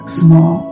small